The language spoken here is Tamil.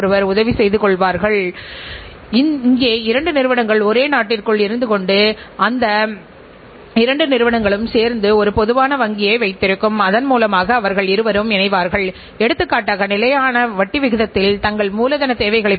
ஆகவே நீங்கள் அவர்களை உங்கள் நிறுவனத்திற்கு விசுவாசமாக மாற்ற விரும்பினால் வாடிக்கையாளர்களின் முகவர்களாக இருப்பதிலிருந்து அவர்களின் விசுவாசத்தை நிறுவனத்தின் முகவர்களுக்கு மாற்ற வேண்டும்